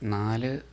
നാല്